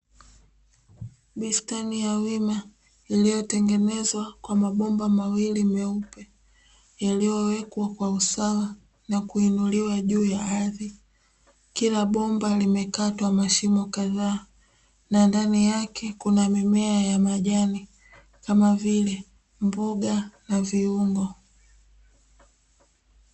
Bustani ya wima iliyotengenezwa kwa mabomba mawili meupe yaliyowekwa kwa usawa na kuinuliwa juu ya ardhi, kila bomba limekatwa mashimo kadhaa na ndani yake kuna mimea ya majani kama vile mboga na viungo.